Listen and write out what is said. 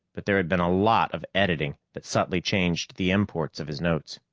but there had been a lot of editing that subtly changed the import of his notes.